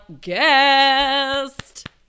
guest